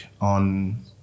on